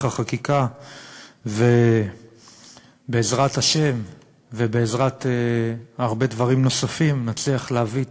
החקיקה ובעזרת השם ובעזרת הרבה דברים נוספים נצליח להביא את